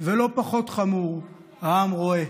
ולא פחות חמור: העם רואה.